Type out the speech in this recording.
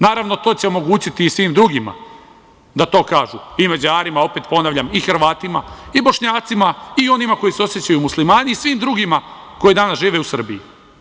Naravno, to će omogućiti i svim drugima da to kažu – i Mađarima i Hrvatima i Bošnjacima i onima koji se osećaju kao muslimani i svim drugima koji danas žive u Srbiji.